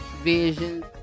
vision